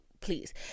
please